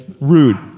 rude